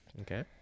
okay